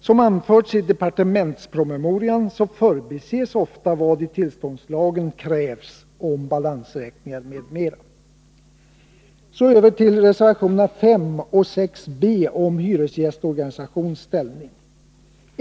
Som anförts i departementspromemorian förbises ofta vad som i tillståndslagen krävs när det gäller balansräkningar m.m. Så över till reservationerna 5 och 6 b om hyresgästorganisations ställning.